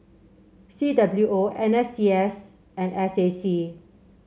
C W O N S C S and S A C